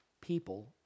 people